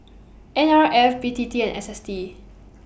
N R F B T T and S S T